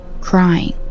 crying